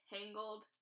Tangled